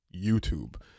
youtube